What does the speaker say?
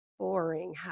boring